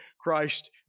Christ